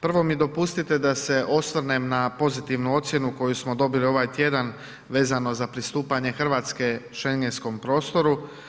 Prvo mi dopustite da se osvrnem na pozitivnu ocjenu koju smo dobili ovaj tjedan vezano za pristupanje Hrvatske Schengenskom prostoru.